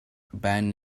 ben